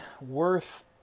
worth